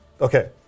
Okay